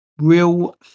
Real